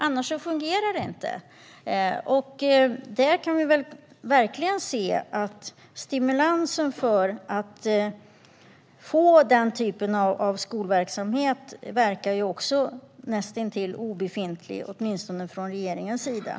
Annars fungerar det inte. Men stimulansen för den typen av skolverksamhet verkar vara näst intill obefintlig, åtminstone från regeringens sida.